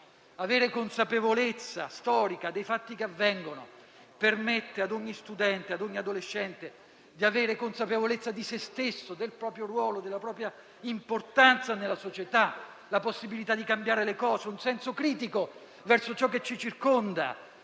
Avere consapevolezza storica dei fatti che avvengono permette a ogni studente, a ogni adolescente, di avere consapevolezza di se stesso, del proprio ruolo e della propria importanza nella società; di avere la possibilità di cambiare le cose, un senso critico verso ciò che ci circonda,